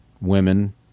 women